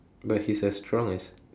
but he's as strong as